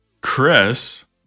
Chris